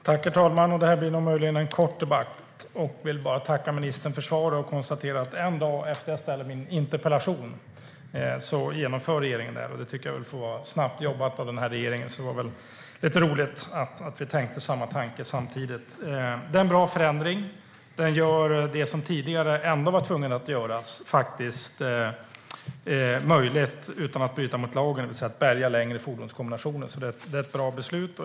Herr talman! Det här blir möjligen en kort debatt. Jag vill bara tacka ministern för svaret, och jag konstaterar att regeringen genomförde det här en dag efter att jag ställde min interpellation. Det tycker jag var snabbt jobbat av regeringen. Det var lite roligt att vi hade samma tanke samtidigt. Det är en bra förändring. Den gör det som tidigare ändå var tvunget att göras, det vill säga att bärga längre fordonskombinationer, möjligt att göra utan att bryta mot lagen. Det är ett bra beslut.